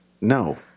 no